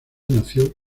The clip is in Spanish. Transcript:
nació